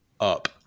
up